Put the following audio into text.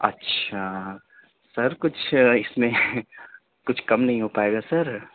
اچھا سر کچھ اِس میں کچھ کم نہیں ہو پائے گا سر